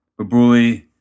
Babuli